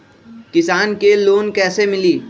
किसान के लोन कैसे मिली?